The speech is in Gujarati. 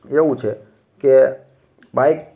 એવું છેકે બાઇક